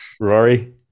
rory